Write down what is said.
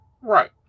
Right